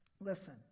Listen